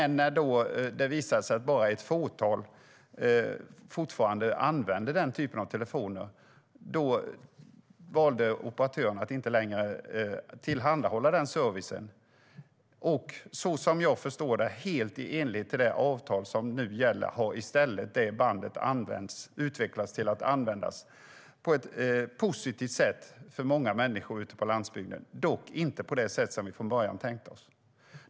När det visade sig att bara ett fåtal fortfarande använder den typen av telefoner valde operatören att inte längre tillhandahålla den servicen. Helt i enlighet med det avtal som nu gäller används det bandet på ett positivt sätt för många människor ute på landsbygden, dock inte på det sätt som det från början var tänkt.